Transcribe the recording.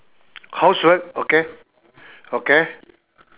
housework okay okay